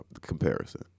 comparison